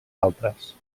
altres